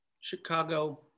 Chicago